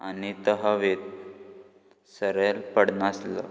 आनी तो हवेंत सरयेर पडनासलो